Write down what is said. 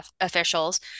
officials